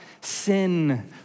sin